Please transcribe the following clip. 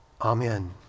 Amen